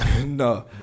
no